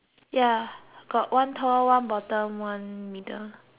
got one tall one bottom one middle